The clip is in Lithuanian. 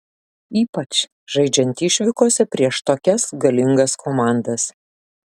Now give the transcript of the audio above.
ypač žaidžiant išvykose prieš tokias galingas komandas